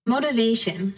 Motivation